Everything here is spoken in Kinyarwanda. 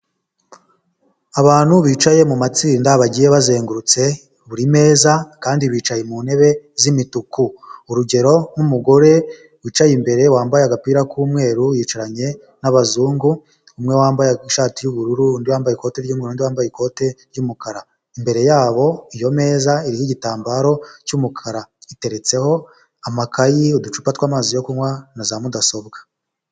Abantu bicaye mu matsinda bagiye bazengurutse buri meza kandi bicaye mu ntebe z'imituku, urugero nk'umugore wicaye imbere wambaye agapira k'umweru yicaranye n'abazungu, umwe wambaye ishati y'ubururu, undi wambaye ikoti ry'umweru, undi wambaye ikoti ry'umukara, imbere yabo iyo meza iriho igitambaro cy'umukara, iteretseho amakayi, uducupa tw'amazi yo kunywa na za mudasobwa.